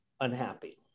unhappy